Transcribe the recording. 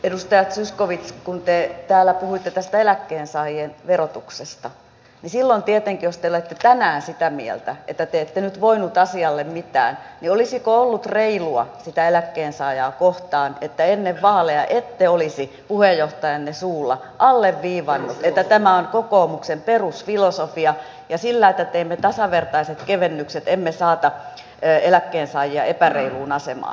edustaja zyskowicz kun te täällä puhuitte tästä eläkkeensaajien verotuksesta niin olisiko silloin jos te olette tänään sitä mieltä että te ette nyt voineet asialle mitään ollut reilua sitä eläkkeensaajaa kohtaan että ennen vaaleja ette olisi puheenjohtajanne suulla alleviivanneet että tämä on kokoomuksen perusfilosofia ja sillä että teemme tasavertaiset kevennykset emme saata eläkkeensaajia epäreiluun asemaan